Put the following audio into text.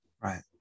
Right